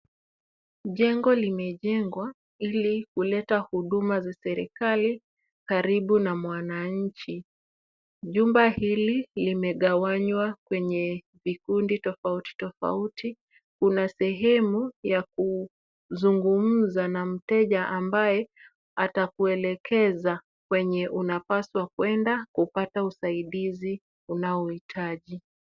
Jengo limejengwa ili kuleta huduma za serikali karibu na mwananchi. Jumba hili limegawanywa kwenye vikundi tofauti tofauti. Kuna sehemu ya kuzungumza na mteja ambaye atakuelekeza kwenye unapaswa kuenda kupata usaidizi unaohitaji.